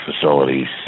facilities